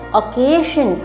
occasion